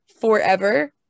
forever